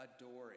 adoring